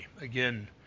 Again